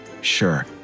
Sure